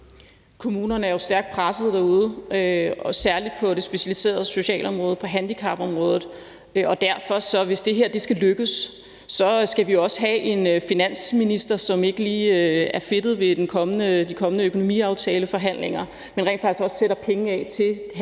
Kommunerne er stærkt pressede derude, særlig på det specialiserede socialområde, på handicapområdet. Hvis det her skal lykkes, skal vi derfor også have en finansminister, som ikke er fedtet ved de kommende økonomiaftaleforhandlinger, men rent faktisk også sætter penge af til handicapområdet.